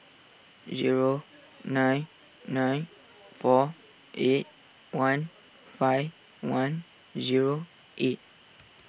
zero nine nine four eight one five one zero eight